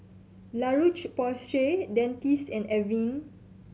La Roche Porsay Dentiste and Avene